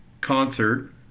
concert